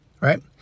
Right